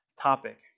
topic